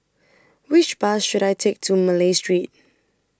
Which Bus should I Take to Malay Street